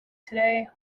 today